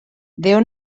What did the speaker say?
déu